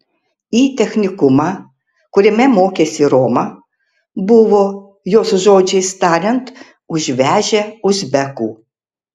į technikumą kuriame mokėsi roma buvo jos žodžiais tariant užvežę uzbekų